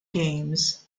games